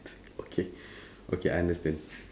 okay okay I understand